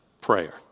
prayer